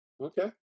okay